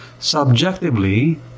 Subjectively